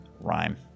rhyme